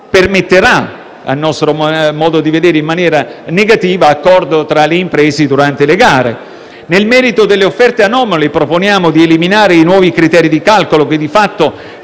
negativa, a nostro modo di vedere, accordi tra le imprese durante le gare. Nel merito delle offerte anomale, proponiamo di eliminare i nuovi criteri di calcolo, che di fatto